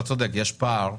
אתה צודק, יש פער,